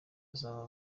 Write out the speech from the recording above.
bazaba